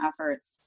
efforts